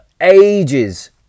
ages